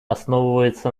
основывается